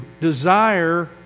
desire